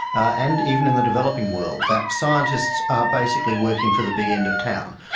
and even in the developing world, that scientists are basically working for the big end of town.